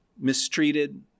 mistreated